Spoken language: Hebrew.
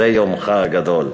זה יומך הגדול,